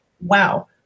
wow